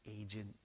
agent